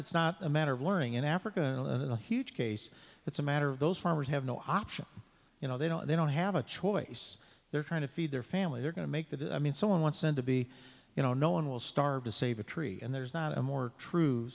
it's not a matter of learning in africa and in a huge case it's a matter of those farmers have no option you know they don't they don't have a choice they're trying to feed their family they're going to make that i mean someone wants and to be you know no one will starve to save a tree and there's not a more tr